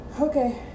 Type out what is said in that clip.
okay